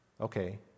Okay